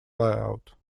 layout